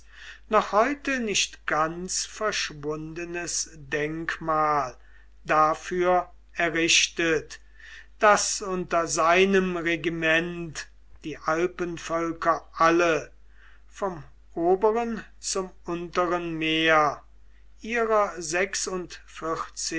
noch heute nicht ganz verschwundenes denkmal dafür errichtet daß unter seinem regiment die alpenvölker alle vom oberen zum unteren meer ihrer